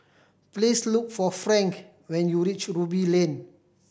please look for Frank when you reach Ruby Lane